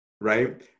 Right